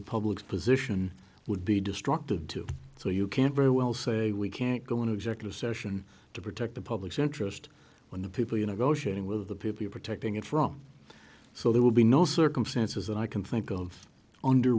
the public position would be destructive to so you can't very well say we can't go into executive session to protect the public's interest when the people you know go shopping with the people you're protecting it from so there will be no circumstances that i can think of under